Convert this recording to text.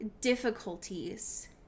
difficulties